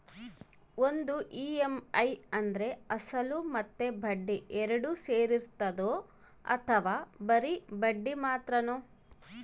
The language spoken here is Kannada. ಒಂದು ಇ.ಎಮ್.ಐ ಅಂದ್ರೆ ಅಸಲು ಮತ್ತೆ ಬಡ್ಡಿ ಎರಡು ಸೇರಿರ್ತದೋ ಅಥವಾ ಬರಿ ಬಡ್ಡಿ ಮಾತ್ರನೋ?